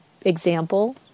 example